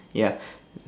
ya